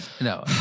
no